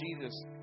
Jesus